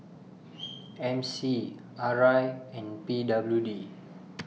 M C R I and P W D